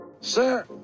Sir